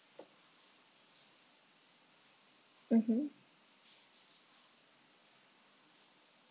mmhmm